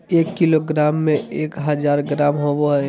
एक किलोग्राम में एक हजार ग्राम होबो हइ